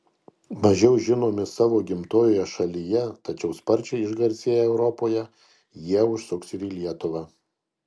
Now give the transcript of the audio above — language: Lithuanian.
mažiau žinomi savo gimtojoje šalyje tačiau sparčiai išgarsėję europoje jie užsuks ir į lietuvą